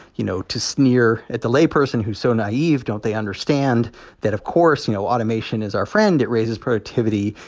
you know, to sneer at the layperson who's so naive. don't they understand that, of course, you know, automation is our friend. it raises productivity,